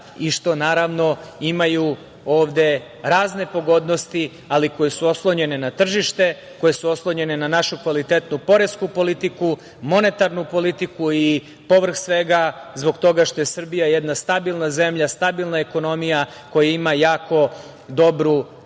i što naravno imaju ovde razne pogodnosti, ali koje su oslonjene na tržište, koje su oslonjene na našu kvalitetnu poresku politiku, monetarnu politiku i povrh svega zbog toga što je Srbija jedna stabilna zemlja, stabilna ekonomija, koja ima jako dobru